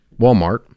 walmart